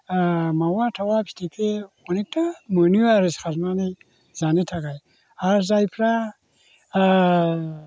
मावा थावा फिथिग्रि अनेकथा मोनो आरो सारनानै जानो थाखाय आरो जायफोरा